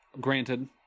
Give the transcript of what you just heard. granted